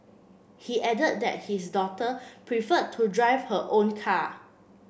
he added that his daughter preferred to drive her own car